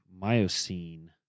miocene